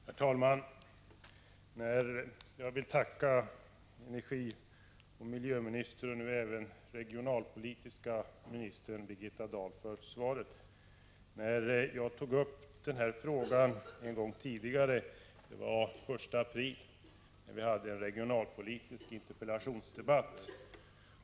Herr talman! Jag tackar energioch miljöminister Birgitta Dahl — som nu även är regionalpolitisk minister — för svaret. Jag har en gång tidigare tagit upp den här frågan. Det var den 1 april när vi hade en regionalpolitisk interpellationsdebatt.